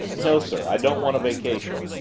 no sir i don't want a vacation.